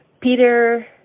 Peter